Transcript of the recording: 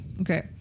Okay